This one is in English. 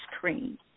cream